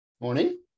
Morning